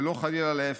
ולא חלילה להפך.